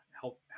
help